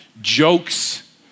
jokes